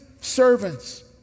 servants